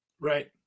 Right